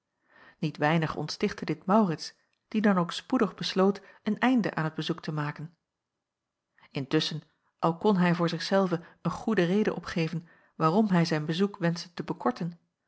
niet weinig onstichtte dit maurits die dan ook spoedig besloot een einde aan het bezoek te maken intusschen al kon hij voor zich zelven een goede reden opgeven waarom hij zijn bezoek wenschte te bekorten